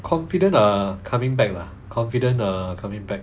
confident ah coming back lah confident uh coming back